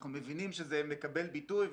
אנחנו מבינים שזה מקבל ביטוי,